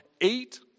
eight